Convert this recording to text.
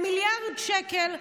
היא מיליארד שקל,